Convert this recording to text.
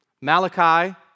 Malachi